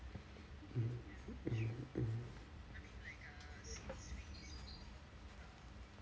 mm mm mm